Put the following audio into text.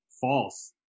False